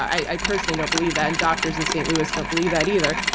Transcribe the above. i personally don't believe that and doctors in st. louis don't believe that either.